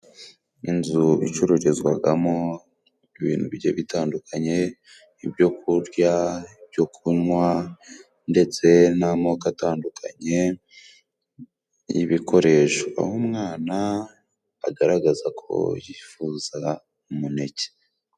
Inzu icururizwagamo ibintu bigiye bitandukanye, ibyo kurya byo kunywa ndetse n'amoko atandukanye y'ibikoresho, aho umwana agaragaza ko yifuza umuneke.